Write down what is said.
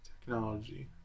Technology